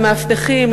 למאבטחים,